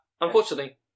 Unfortunately